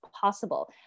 possible